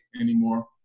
anymore